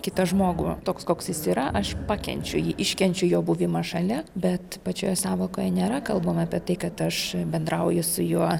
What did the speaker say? kitą žmogų toks koks jis yra aš pakenčiu jį iškenčiu jo buvimą šalia bet pačioje sąvokoje nėra kalbama apie tai kad aš bendrauju su juo